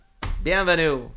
Bienvenue